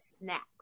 snacks